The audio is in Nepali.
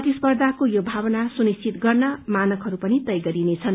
प्रतिस्पर्खाको यो भावना सुनिश्वित गर्न मानकहरू पनि तय गरिनेछन्